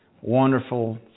wonderful